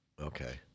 Okay